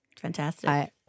Fantastic